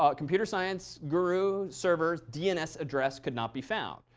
ah computer science guru server's dns address could not be found.